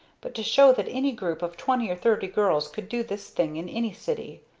but to show that any group of twenty or thirty girls could do this thing in any city.